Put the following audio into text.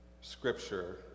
scripture